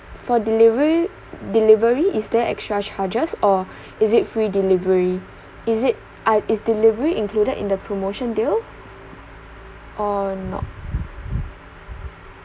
for delivery delivery is there extra charges or is it free delivery is it are is delivery included in the promotion deal or not